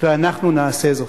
ואנחנו נעשה זאת.